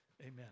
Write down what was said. amen